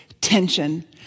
tension